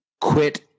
quit